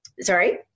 sorry